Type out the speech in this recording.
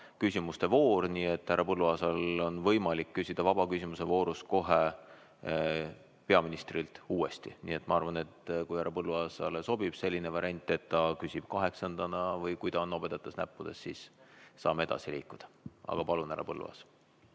küsimuste voor, nii et härra Põlluaasal on võimalik küsida muude küsimuste voorus kohe peaministrilt uuesti. Nii et ma arvan, et kui härra Põlluaasale sobib selline variant, et ta küsib kaheksandana, või kui ta on nobedates näppudes, siis saame edasi liikuda. Aga palun, härra Põlluaas!